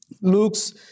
Luke's